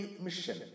mission